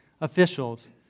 officials